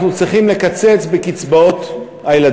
הממשלה בכבודו ובעצמו מקפיץ את הגירעון באחד השיעורים